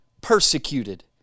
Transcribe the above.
persecuted